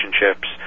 relationships